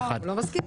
הוא לא מסכים.